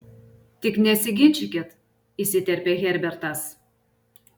tik nesiginčykit įsiterpė herbertas